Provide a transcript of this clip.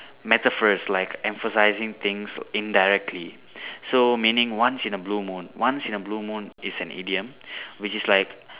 metaphors like emphasizing things indirectly so meaning once in a blue moon once in a blue moon is an idiom which is like